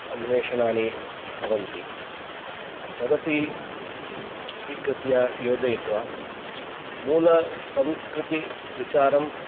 अन्वेषणानि भवन्ति तदपि स्वीकृत्य योजयित्वा मूलसंस्कृतिविचारं